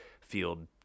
field